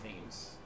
themes